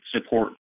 support